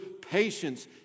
patience